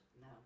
No